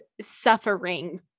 suffering